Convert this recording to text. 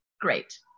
Great